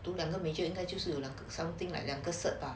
读两个 major 应该就是有了两个 something like 两个 cert lah